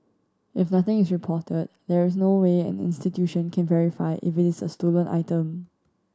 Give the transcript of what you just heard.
if nothing is reported there is no way an institution can verify if it is a stolen item